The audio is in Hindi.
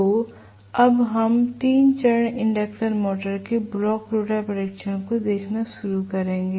तो अब हम 3 चरण इंडक्शन मोटर के ब्लॉक रोटर परीक्षण को देखना शुरू करेंगे